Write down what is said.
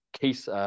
case